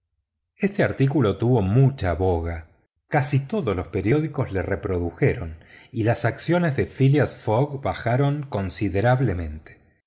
este artículo tuvo mucha boga casi todos los periódicos lo reprodujeron y las acciones de phileas fogg bajaron considerablemente